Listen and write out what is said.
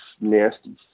nasty